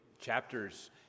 chapters